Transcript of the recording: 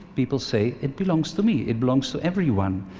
people say, it belongs to me, it belongs to everyone.